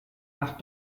nach